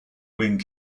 wing